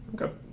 Okay